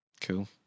Cool